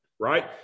right